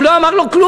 הוא לא אמר לו כלום,